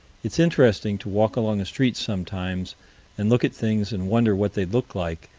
it's interesting to walk along a street sometimes and look at things and wonder what they'd look like,